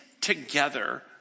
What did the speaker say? together